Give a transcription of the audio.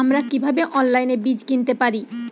আমরা কীভাবে অনলাইনে বীজ কিনতে পারি?